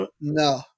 No